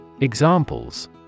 Examples